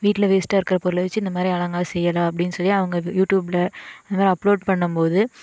வீட்டில வேஸ்ட்டாக இருக்கிற பொருளை வச்சு இந்த மாதிரி அலங்காரம் செய்யலாம் அப்படின்னு சொல்லி அவங்க யூடியூப்புல இது மாதிரி அப்ளோட் பண்ணும்போது